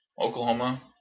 Oklahoma